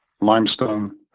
limestone